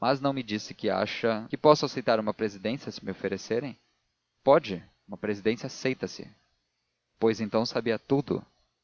mas não me disse que acha acho que posso aceitar uma presidência se me oferecerem pode uma presidência aceita se pois então saiba tudo